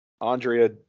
Andrea